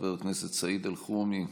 חבר הכנסת סעיד אלחרומי,